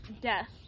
death